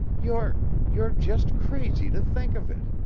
you're you're just crazy to think of it.